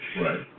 right